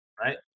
Right